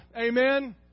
Amen